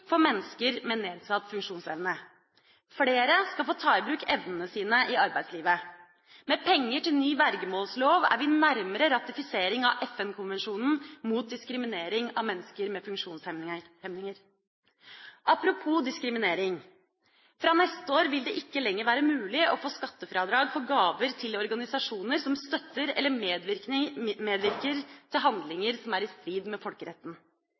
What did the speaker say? for mennesker med nedsatt funksjonsevne. Flere skal få ta i bruk evnene sine i arbeidslivet. Med penger til ny vergemålslov er vi nærmere ratifisering av FN-konvensjonen mot diskriminering av mennesker med funksjonshemning. Apropos diskriminering: Fra neste år vil det ikke lenger være mulig å få skattefradrag for gaver til organisasjoner som støtter eller medvirker til handlinger som er i strid med folkeretten.